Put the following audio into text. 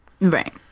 Right